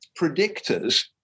predictors